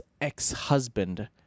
ex-husband